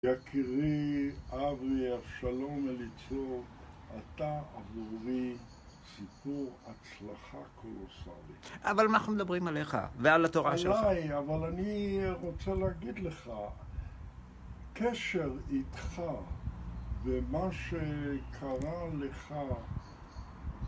יקירי אברי, אב שלום, אליצור, אתה עבורי סיפור הצלחה קולוסרית. אבל מה אנחנו מדברים עליך ועל התורה שלך? עליי, אבל אני רוצה להגיד לך, קשר איתך ומה שקרה לך